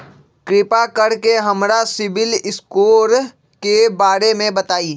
कृपा कर के हमरा सिबिल स्कोर के बारे में बताई?